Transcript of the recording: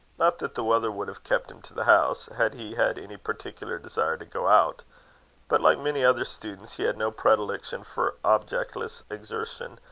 not that the weather would have kept him to the house, had he had any particular desire to go out but, like many other students, he had no predilection for objectless exertion,